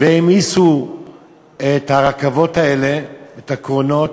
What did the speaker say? והעמיסו את הרכבות האלה, את הקרונות.